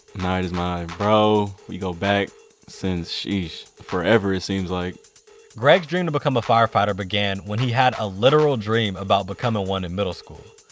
nyge is my bro, we go back since, sheesh, forever it seems like greg's dream to become a firefighter began when he had a literal dream about becoming one in middle school.